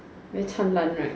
very 灿烂 right